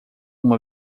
uma